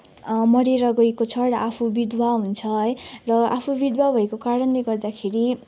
मरेर गएको छ र आफू बिधवा हुन्छ है र आफू बिधवा भएको कारणले गर्दाखेरि